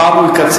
הפעם הוא יקצר.